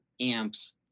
amps